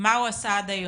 מה הוא עשה עד היום?